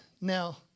now